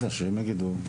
מוגנות.